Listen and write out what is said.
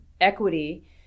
equity